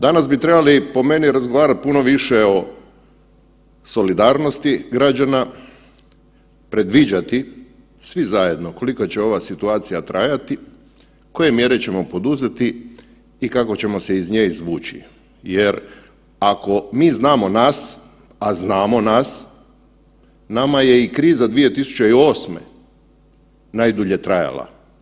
Danas bi trebali po meni razgovarat puno više o solidarnosti građana, predviđati svi zajedno koliko će ova situacija trajati, koje mjere ćemo poduzeti i kako ćemo se iz nje izvući jer ako mi znamo nas, a znamo nas, nama je i kriza 2008. najdulje trajala.